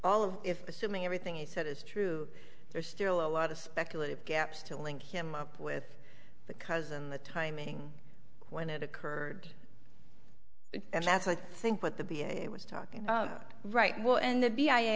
of if assuming everything he said is true there's still a lot of speculative gaps to link him up with the cousin the timing when it occurred and that's i think what the b a it was talking about right well and the b i